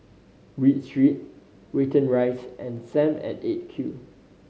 Read Street Watten Rise and Sam at Eight Q